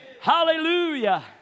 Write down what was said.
Hallelujah